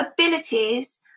abilities